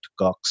Gox